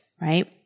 right